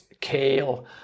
kale